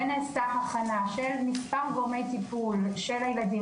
ונעשתה הבחנה של כמה גורמי טיפול של הילדים